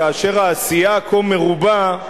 כאשר העשייה כה מרובה,